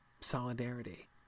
solidarity